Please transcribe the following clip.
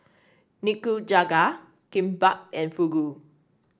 Nikujaga Kimbap and Fugu